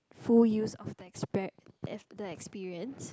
full use of the expec~ the experience